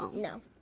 no.